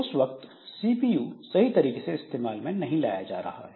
उस वक्त सीपीयू सही तरीके से इस्तेमाल में नहीं लाया जा रहा है